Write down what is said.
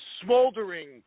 smoldering